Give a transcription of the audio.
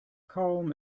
kaum